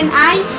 and i